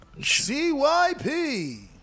CYP